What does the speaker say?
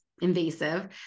invasive